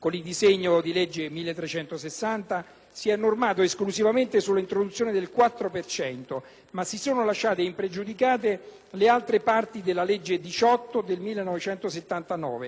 ma si sono lasciate impregiudicate le altre parti della legge n. 18 del 1979, poi novellata dalla legge 27 marzo 2004, n. 78: la definizione delle circoscrizioni elettorali,